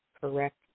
correct